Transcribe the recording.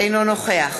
אינו נוכח